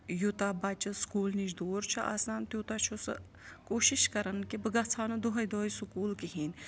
یوٗتاہ بَچہٕ سکوٗل نِش دوٗر چھُ آسان تیوٗتاہ چھُ سُہ کوٗشِش کَرَان کہِ بہٕ گَژھٕ ہا نہٕ دۄہَے دۄہَے سکوٗل کِہیٖنۍ